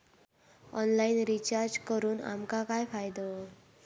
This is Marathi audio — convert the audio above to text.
ऑनलाइन रिचार्ज करून आमका काय फायदो?